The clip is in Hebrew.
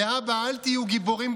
להבא, גם